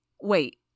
Wait